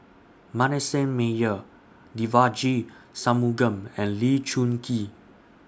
Manasseh Meyer Devagi Sanmugam and Lee Choon Kee